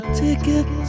ticket